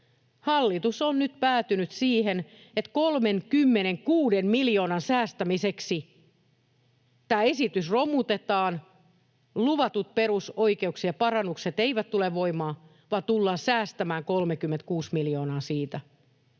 Hallitus on nyt päätynyt siihen, että 36 miljoonan säästämiseksi tämä esitys romutetaan. Luvatut perusoikeuksien parannukset eivät tule voimaan, vaan tullaan säästämään 36 miljoonaa sillä,